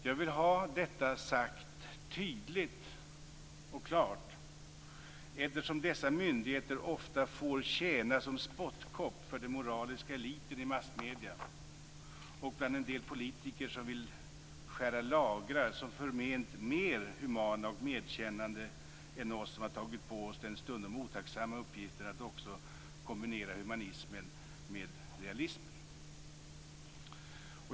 Jag vill ha detta sagt, tydligt och klart, eftersom dessa myndigheter ofta får tjäna som spottkopp för den moraliska eliten i massmedierna och bland en del politiker som vill skära lagrar som förment mer humana och medkännande än oss som har tagit på oss den stundom otacksamma uppgiften att också kombinera humanism med realism.